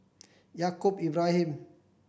Yaacob Ibrahim